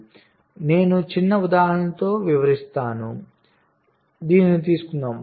కాబట్టి నేను చిన్న ఉదాహరణతో వివరిస్తున్నాను దీనిని తీసుకుందాం